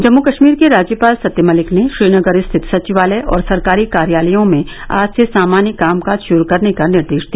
जम्मू कश्मीर के राज्यपाल सत्यपाल मलिक ने श्रीनगर स्थित सचिवालय और सरकारी कार्यालयों में आज से सामान्य कामकाज शुरू करने का निर्देश दिया